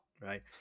Right